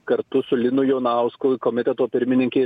kartu su linu jonausku komiteto pirmininkei